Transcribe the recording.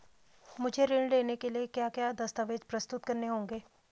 मुझे ऋण लेने के लिए क्या क्या दस्तावेज़ प्रस्तुत करने होंगे?